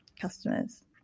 customers